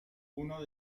uno